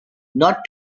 not